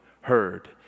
heard